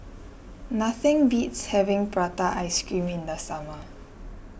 nothing beats having Prata Ice Cream in the summer